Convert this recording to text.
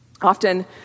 Often